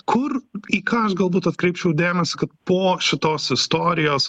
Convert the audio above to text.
kur į ką aš galbūt atkreipčiau dėmesį kad po šitos istorijos